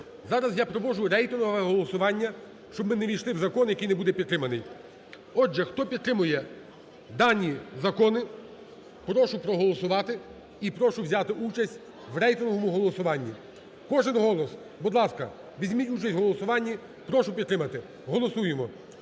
Зараз я проводжу рейтингове голосування, щоб ми не ввійшли в закон, який не буде підтриманий. Отже, хто підтримує дані закони, прошу проголосувати і прошу взяти участь в рейтингові голосуванні. Кожен голос, будь ласка, візьміть участь у голосуванні, прошу підтримати, голосуємо,